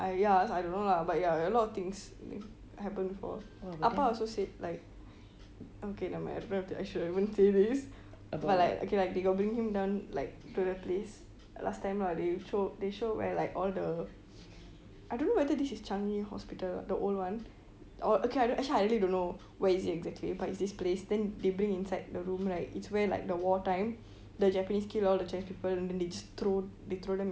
ya I don't know lah but ya lot of things happen before அப்பா:appa also said like okay nevermind I don't know if I should say this but like okay like they got bring down like to the place last time lah they show they show where like all the I don't know whether this is like changi hospital the old one or okay I actually I really don't know where is it exactly but is this place then they bring inside the room right is where like the war time the japanese kill all the chinese people then they just throw they throw them